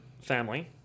family